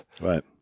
Right